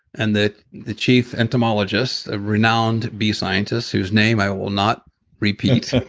and the the chief entomologists, a renowned bee scientist whose name i will not repeat.